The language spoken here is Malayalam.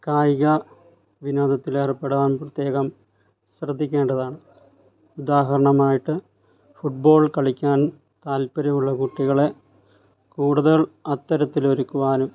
കായികവിനോദത്തിലേർപ്പെടാൻ പ്രത്യേകം ശ്രദ്ധിക്കേണ്ടതാണ് ഉദാഹരണമായിട്ട് ഫുട്ബോൾ കളിക്കാൻ താൽപര്യമുള്ള കുട്ടികളെ കൂടുതൽ അത്തരത്തിലൊരുക്കുവാനും